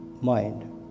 mind